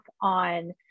on